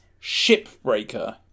Shipbreaker